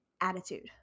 attitude